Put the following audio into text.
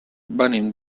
venim